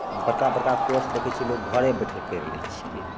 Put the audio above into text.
बड़का बड़का कोर्स देखै छिए लोक घरे बैठल करि लै छिकै